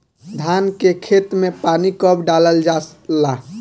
धान के खेत मे पानी कब डालल जा ला?